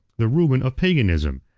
the ruin of paganism,